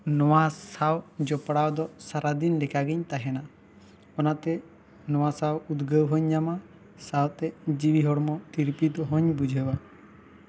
ᱱᱚᱣᱟ ᱥᱟᱶ ᱡᱚᱯᱲᱟᱣ ᱫᱚ ᱥᱟᱨᱟ ᱫᱤᱱ ᱞᱮᱠᱟ ᱜᱤᱧ ᱛᱟᱦᱮᱱᱟ ᱚᱱᱟ ᱛᱮ ᱱᱚᱣᱟ ᱥᱟᱶ ᱩᱫᱽᱜᱟᱹᱣ ᱦᱚᱧ ᱧᱟᱢᱟ ᱥᱟᱶ ᱛᱮ ᱡᱤᱣᱤ ᱦᱚᱲᱢᱚ ᱛᱤᱨᱯᱤᱛ ᱦᱚᱧ ᱵᱩᱡᱷᱟᱹᱣᱼᱟ